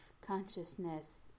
consciousness